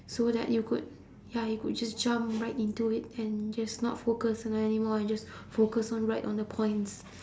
so that you could ya you could just jump right into it and just not focus on anymore and just focus on right on the points